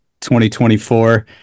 2024